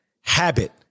habit